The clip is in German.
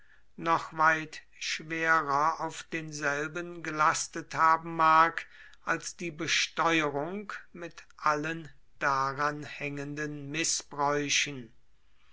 noch weit schwerer auf denselben gelastet haben mag als die besteuerung mit allen daran hängenden